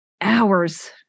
hours